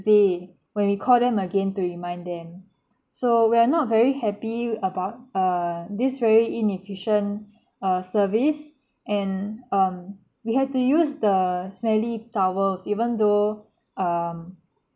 day when we call them again to remind them so we're not very happy about err this very inefficient err service and um we have to use the smelly towels even though um